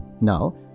now